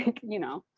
you know?